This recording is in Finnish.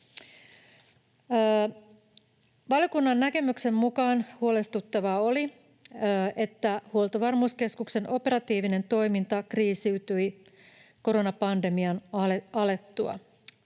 Valiokunnan näkemyksen mukaan huolestuttavaa oli se, että Huoltovarmuuskeskuksen operatiivinen toiminta kriisiytyi koronapandemian alettua.